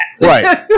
Right